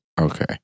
Okay